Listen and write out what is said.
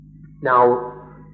Now